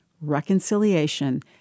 reconciliation